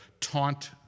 taunt